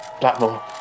Blackmore